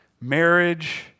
Marriage